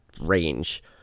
range